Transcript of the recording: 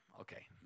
okay